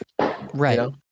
Right